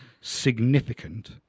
significant